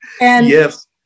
yes